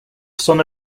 son